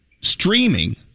streaming